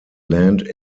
land